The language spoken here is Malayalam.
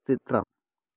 സിഡ് റാം